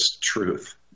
truth